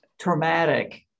traumatic